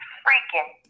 freaking